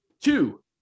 two